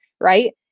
right